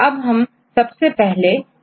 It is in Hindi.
इन्हें अमीनो एसिड क्यों कहा जाता है